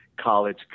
college